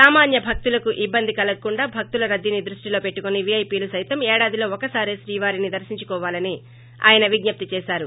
సామాన్య భక్తులకు ఇబ్బంది కలగకుండా భక్తుల రద్దీని దృష్టిలో పెట్టుకుని వీఐపీలు సైతం ఏడాదిలో ఒకనారే శ్రీవారిని దర్తించుకోవాలని ఆయన విజ్ఞప్తి చేశారు